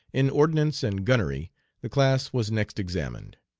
in ordnance and gunnery the class was next examined.